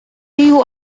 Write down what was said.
you